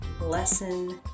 lesson